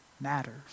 matters